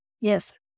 Yes